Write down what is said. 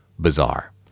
bizarre